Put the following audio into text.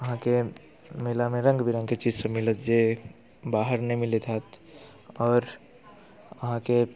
अहाँके मेलामे रङ्ग बिरङ्गके चीज सब मिलत जे बाहर नहि मिलैत हैत आओर अहाँके